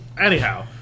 anyhow